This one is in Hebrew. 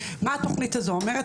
מה התכנית הזו אומרת?